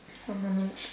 one more minute